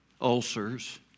ulcers